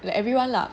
like everyone lah